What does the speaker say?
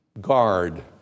guard